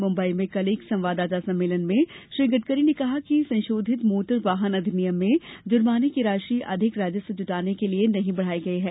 मुम्बई में कल एक संवाददाता सम्मेलन में श्री गडकरी ने कहा कि संशोधित मोटर वाहन अधिनियम में जुर्माने की राशि अधिक राजस्व जुटाने के लिए नहीं बढ़ाई गई है